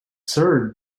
served